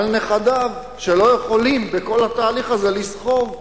על נכדיו, שלא יכולים בכל התהליך הזה לסחוב.